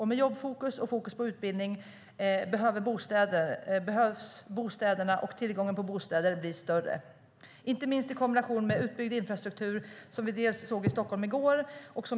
Med jobbfokus och fokus på utbildning behövs bostäderna och tillgången till bostäder behöver bli större, gärna i kombination med utbyggd infrastruktur som vi såg i Stockholm i går.